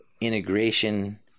integration